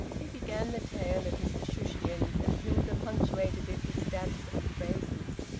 he began the tale of mr shushions, and hilda punctuated it with stabs of phrases.